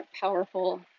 powerful